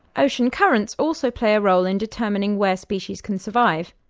ocean currents also play a role in determining where species can survive.